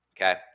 okay